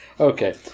Okay